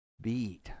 beat